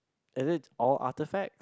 is it all artefact